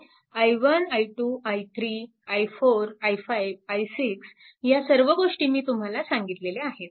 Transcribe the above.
तर i1 i 2 i3 i4 i5 i6 ह्या सर्व गोष्टी मी तुम्हाला सांगितलेल्या आहेत